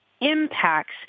impacts